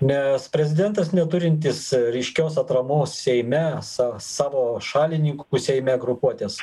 nes prezidentas neturintis ryškios atramos seime sa savo šalininkų seime grupuotės